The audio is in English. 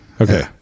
Okay